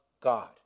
God